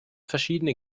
verschiedene